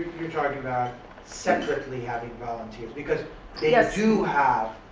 you talking about separately having volunteers because they ah do have,